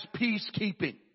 peacekeeping